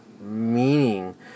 meaning